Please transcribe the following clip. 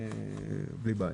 בלי בעיה.